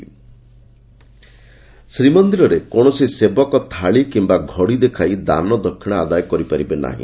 ଶ୍ରୀମ ଶ୍ରୀମନ୍ଦିରରେ କୌଣସି ସେବକ ଥାଳି କିମ୍ବା ଘଡ଼ି ଦେଖାଇ ଦାନ ଦକ୍ଷିଣା ଆଦାୟ କରିପାରିବେ ନାହି